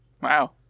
Wow